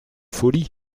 folies